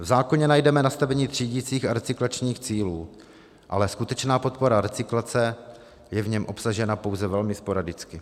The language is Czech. V zákoně najdeme nastavení třídicích a recyklačních cílů, ale skutečná podpora recyklace je v něm obsažena pouze velmi sporadicky.